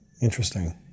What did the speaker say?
Interesting